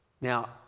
Now